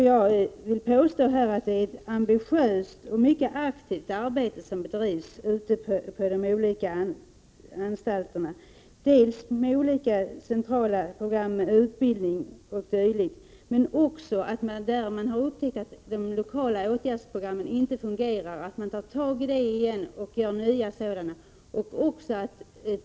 Jag vill påstå att det är ett ambitiöst och mycket aktivt arbete som bedrivs ute på de olika anstalterna, bl.a. i centrala program med utbildning o.d. Där man har upptäckt att de lokala åtgärdsprogrammen inte fungerar, tar man tag i dessa igen och genomför nya sådana.